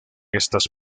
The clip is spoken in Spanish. estas